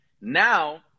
Now